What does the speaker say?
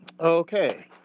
Okay